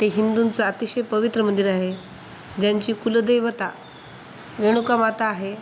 ते हिंदूंचं अतिशय पवित्र मंदिर आहे ज्यांची कुलदैवता रेणुका माता आहे